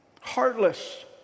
heartless